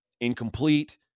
incomplete